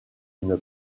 une